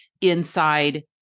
inside